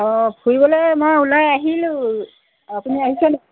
অঁ ফুৰিবলৈ মই ওলাই আহিলোঁ আপুনি আহিছেনি